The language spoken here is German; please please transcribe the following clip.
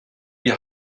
die